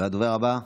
הדובר הבא,